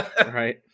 right